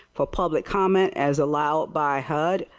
four public comments as allowed by head.